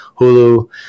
Hulu